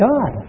God